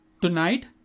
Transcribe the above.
Tonight